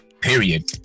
period